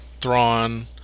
Thrawn